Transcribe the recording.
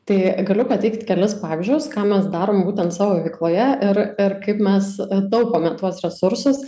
tai galiu pateikt kelis pavyzdžius ką mes darom būtent savo veikloje ir ir kaip mes taupome tuos resursus